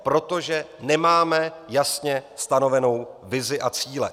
Protože nemáme jasně stanovenou vizi a cíle.